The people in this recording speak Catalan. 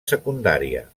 secundària